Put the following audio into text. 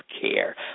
care